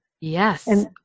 Yes